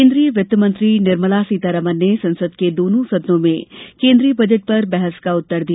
केन्द्रीय वित्तमंत्री निर्मला सीतारमन ने संसद के दोनों सदनों में केन्द्रीय बजट पर बहस का उत्तर दिया